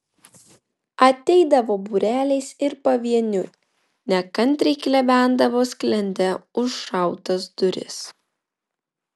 ateidavo būreliais ir pavieniui nekantriai klebendavo sklende užšautas duris